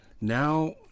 Now